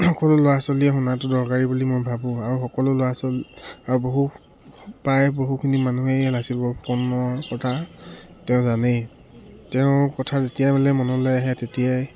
সকলো ল'ৰা ছোৱালীয়ে শুনাটো দৰকাৰী বুলি মই ভাবোঁ আৰু সকলো ল'ৰা ছোৱালী আৰু বহু প্ৰায় বহুখিনি মানুহেই লাচিত বৰফুকনৰ কথা জানেই তেওঁৰ কথা যেতিয়াই বোলে মনলে আহে তেতিয়াই